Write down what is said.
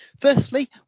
Firstly